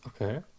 Okay